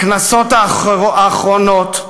בכנסות האחרונות,